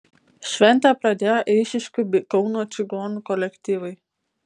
šventę pradėjo eišiškių bei kauno čigonų kolektyvai